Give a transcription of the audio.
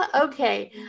Okay